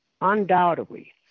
undoubtedly